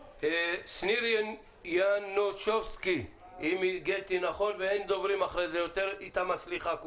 ניר ינושבסקי, אין דוברים אחריו ועם כולם הסליחה.